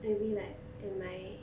maybe like at my